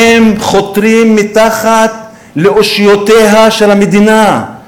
הם חותרים מתחת לאושיותיה של המדינה,